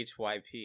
HYP